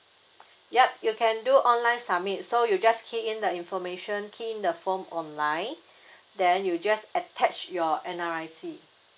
yup you can do online submit so you just key in the information key in the form online then you just attach your N_R_I_C